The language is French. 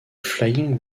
flying